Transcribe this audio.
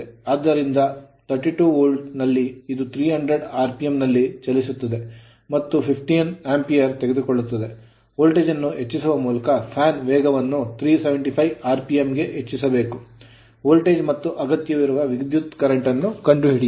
ಆದ್ದರಿಂದ 32 ವೋಲ್ಟ್ ನಲ್ಲಿ ಇದು 300 rpm ಆರ್ ಪಿಎಂ ನಲ್ಲಿ ಚಲಿಸುತ್ತದೆ ಮತ್ತು 15 Ampere ಆಂಪಿಯರ್ ತೆಗೆದುಕೊಳ್ಳುತ್ತದೆ ವೋಲ್ಟೇಜ್ ಅನ್ನು ಹೆಚ್ಚಿಸುವ ಮೂಲಕ fan ಫ್ಯಾನ್ ನ ವೇಗವನ್ನು 375 rpm ಆರ್ ಪಿಎಂಗೆ ಹೆಚ್ಚಿಸಬೇಕು ವೋಲ್ಟೇಜ್ ಮತ್ತು ಅಗತ್ಯವಿರುವ ವಿದ್ಯುತ್ current ಕರೆಂಟ್ ನ್ನು ಕಂಡುಹಿಡಿಯಿರಿ